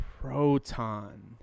Proton